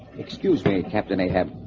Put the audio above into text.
excuse me captain ahab